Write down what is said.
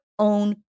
own